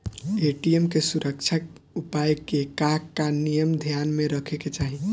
ATM के सुरक्षा उपाय के का का नियम ध्यान में रखे के चाहीं?